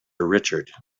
richard